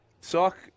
Sock